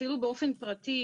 אפילו באופן פרטי